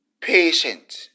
patient